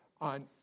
On